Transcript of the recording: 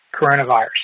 coronavirus